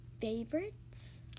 favorites